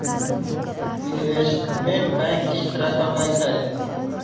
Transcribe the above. investment bank किस तरह का बैंक हई